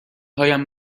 هایم